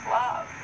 love